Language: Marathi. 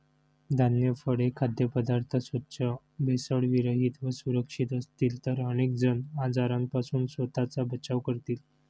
धान्य, फळे, खाद्यपदार्थ स्वच्छ, भेसळविरहित व सुरक्षित असतील तर अनेक जण आजारांपासून स्वतःचा बचाव करतील